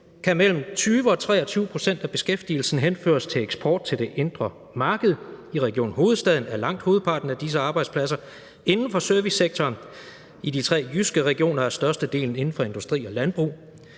kan mellem 20 og 23 pct. af beskæftigelsen henføres til eksport til det indre marked. I Region Hovedstaden er langt hovedparten af disse arbejdspladser inden for servicesektoren. I de tre jyske regioner er størstedelen inden for industri og landbrug.